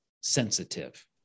sensitive